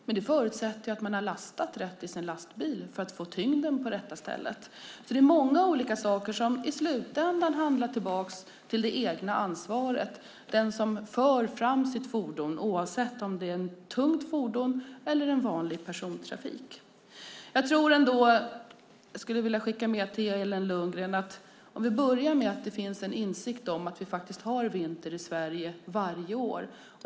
Men det förutsätter att man har lastat rätt i sin lastbil för att få tyngden på rätta stället. Det är alltså många olika saker som i slutändan leder tillbaka till det egna ansvaret. Det handlar om den som för fram sitt fordon oavsett om det är ett tungt fordon eller ett fordon i vanlig persontrafik. Jag skulle vilja skicka med Elin Lundgren att det först och främst måste finnas en insikt om att vi har vinter i Sverige varje år.